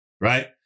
right